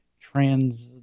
trans